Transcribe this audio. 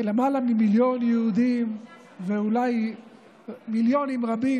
למעלה ממיליון יהודים ואולי מיליונים רבים